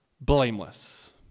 blameless